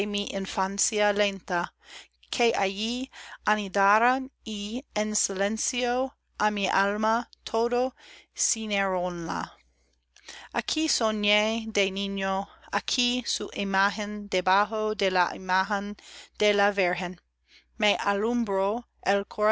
infancia lenta que allí anidaran y en silencio á mi alma toda ciñéronla aquí soñé de niño aquí su imagen debajo de la imagen de la virgen me alumbró